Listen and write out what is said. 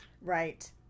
Right